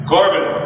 Corbin